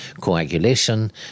coagulation